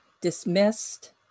dismissed